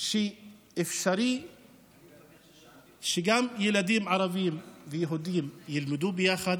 אפשרי שילדים ערבים ויהודים ילמדו ביחד